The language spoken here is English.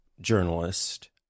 journalist